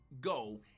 go